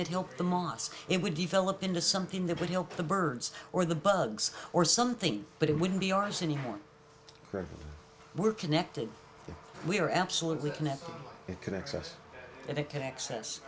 that helped the moss it would develop into something that would help the birds or the bugs or something but it wouldn't be ours anymore we're connected we are absolutely connected it connects us and it can access